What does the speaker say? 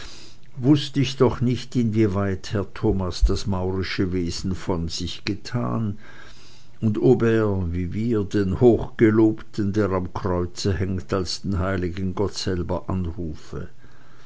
wußt ich doch nicht inwieweit herr thomas das maurische wesen von sich getan und ob er wie wir den hochgelobten der am kreuze hängt als den heiligen gott selber anrufe